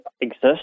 exist